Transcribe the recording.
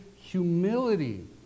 humility